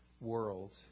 world